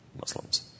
Muslims